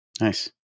Nice